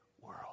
world